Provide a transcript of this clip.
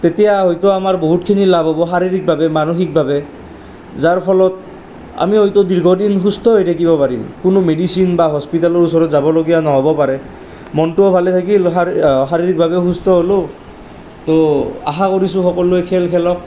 তেতিয়া হয়তু আমাৰ বহুতখিনি লাভ হ'ব শাৰীৰিকভাৱে মানসিকভাৱে যাৰ ফলত আমি হয়তু দীৰ্ঘদিন সুস্থ হৈ থাকিব পাৰিম কোনো মেডিচিন বা হস্পিতালৰ ওচৰত যাবলগীয়া নহ'ব পাৰে মনটোও ভালে থাকিল শাৰীৰিকভাৱেও সুস্থ হ'লোঁ তৌ আশা কৰিছোঁ সকলোৱে খেল খেলক